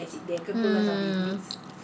mm